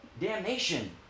damnation